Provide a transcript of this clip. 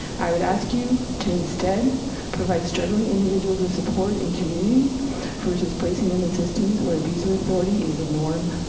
i would ask you to instead provide struggling individuals the support and community versus placing them in systems where abuse of authority is the norm,